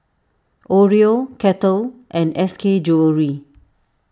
Oreo Kettle and S K Jewellery